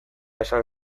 esan